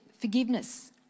forgiveness